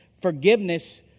forgiveness